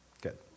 good